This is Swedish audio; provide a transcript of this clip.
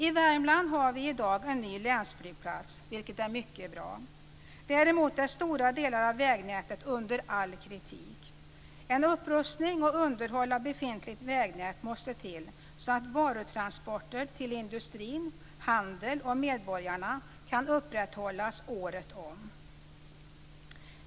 I Värmland har vi numera en ny länsflygplats, vilket är mycket bra. Däremot är stora delar av vägnätet under all kritik. Upprustning och underhåll av befintligt vägnät måste till, så att varutransporter till industrin, handeln och medborgarna kan upprätthållas året om.